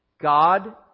God